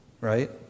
Right